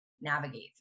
navigate